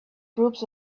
groups